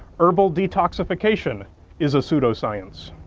herbal detoxification is a pseudoscience.